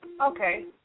okay